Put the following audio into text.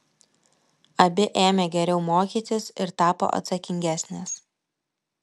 abi ėmė geriau mokytis ir tapo atsakingesnės